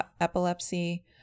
epilepsy